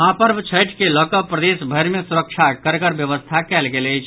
महापर्व छठि के लऽ कऽ प्रदेश भरि मे सुरक्षाक कड़गर व्यवस्था कयल गेल अछि